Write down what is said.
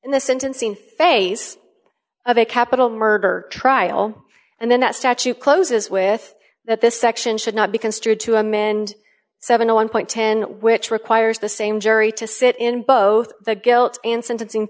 in the sentencing phase of a capital murder trial and then that statute closes with that this section should not be construed to amend seven a one dollar which requires the same jury to sit in both the guilt and sentencing